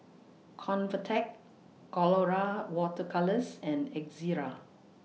Convatec Colora Water Colours and Ezerra